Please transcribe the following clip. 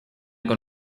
con